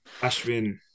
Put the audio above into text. Ashwin